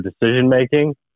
decision-making